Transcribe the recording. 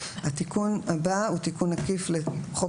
התשפ"ג 2023."" התיקון הבא הוא תיקון עקיף לחוק